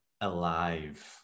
alive